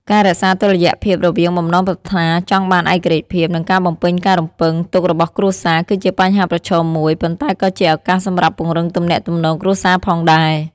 ការរក្សាតុល្យភាពរវាងបំណងប្រាថ្នាចង់បានឯករាជ្យភាព និងការបំពេញការរំពឹងទុករបស់គ្រួសារ គឺជាបញ្ហាប្រឈមមួយ ប៉ុន្តែក៏ជាឱកាសសម្រាប់ពង្រឹងទំនាក់ទំនងគ្រួសារផងដែរ។